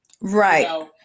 right